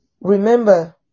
remember